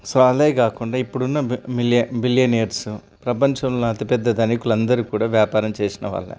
so వాళ్ళు కాకుండా ఇప్పుడున్న బి మిలియ బిలియనేర్స్ ప్రపంచంలో అతిపెద్ద ధనికులు అందరు కూడా వ్యాపారం చేసిన వాళ్ళు